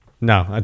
No